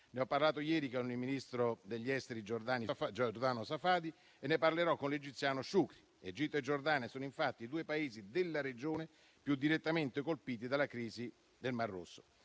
Ne ho parlato ieri con il ministro degli affari esteri giordano Safadi e ne parlerò con l'omologo egiziano Shoukry. Egitto e Giordania sono, infatti, i due Paesi della regione più direttamente colpiti dalla crisi del mar Rosso.